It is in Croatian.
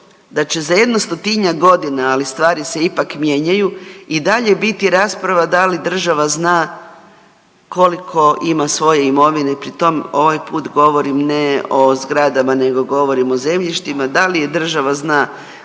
da će za jedno 100-tinjak godina, ali stvari se ipak mijenjaju i dalje biti rasprava da li država zna koliko ima svoje imovine, pri tom ovaj put govorim ne o zgradama nego govorim o zemljištima. Da li je država zna